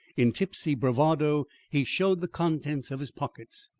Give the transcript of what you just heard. in tipsy bravado, he showed the contents of his pockets.